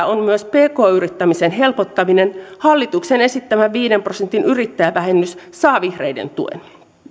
on myös pk yrittämisen helpottaminen hallituksen esittämä viiden prosentin yrittäjävähennys saa vihreiden tuen